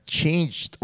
changed